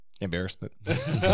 embarrassment